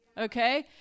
Okay